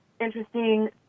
interesting